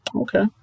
Okay